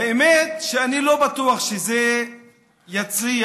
האמת שאני לא בטוח שזה יצליח,